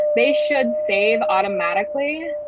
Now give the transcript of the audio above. they should save automatically